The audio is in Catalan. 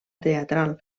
teatral